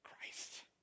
Christ